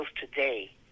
Today